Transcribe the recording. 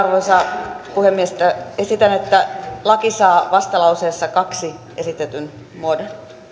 arvoisa puhemies esitän että verotaulukko saa vastalauseessa kahden esitetyn muodon